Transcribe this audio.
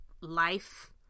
life